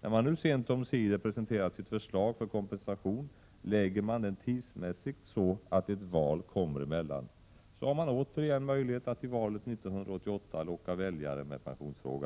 När man nu sent omsider presenterat sitt förslag för kompensation, lägger man det tidsmässigt så att ett val kommer emellan. Så har man återigen möjlighet att i valet 1988 locka väljare med pensionsfrågan.